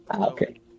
Okay